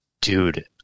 Dude